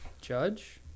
Judge